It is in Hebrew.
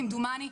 כמדומני,